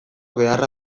beharra